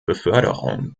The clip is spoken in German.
beförderung